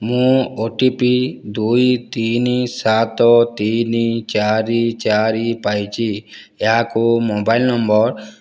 ମୁଁ O T P ଦୁଇ ତିନି ସାତ ତିନି ଚାରି ଚାରି ପାଇଛି ଏହାକୁ ମୋବାଇଲ୍ ନମ୍ବର